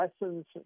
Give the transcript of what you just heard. Lessons